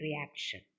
reaction